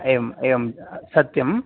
एवम् एवं सत्यं